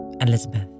Elizabeth